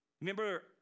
Remember